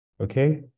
Okay